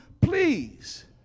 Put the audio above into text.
Please